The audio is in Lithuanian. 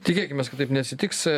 tikėkimės kad taip neatsitiks